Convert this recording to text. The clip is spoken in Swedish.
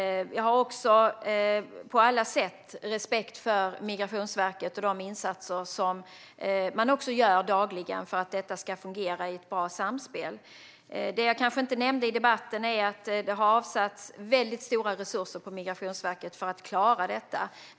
Jag har också på alla sätt respekt för Migrationsverket och de insatser som man gör dagligen för att detta ska fungera i ett bra samspel. Det jag kanske inte nämnde i debatten är att det har avsatts mycket stora resurser till Migrationsverket för att klara detta.